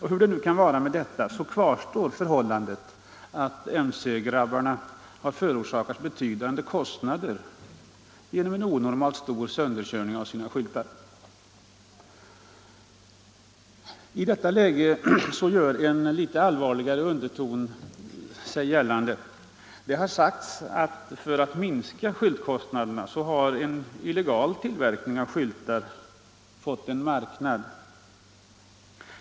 Hur det än må vara med detta kvarstår förhållandet att mc-grabbarna har förorsakats betydande kostnader på grund av en onormalt stor sönderkörning av skyltarna. Här kommer en allvarligare sida av saken in i bilden. Som en följd av de höga skyltkostnaderna har en illegal tillverkning fått en marknad.